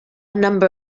number